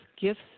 gifts